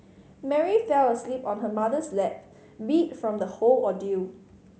Mary fell asleep on her mother's lap beat from the whole ordeal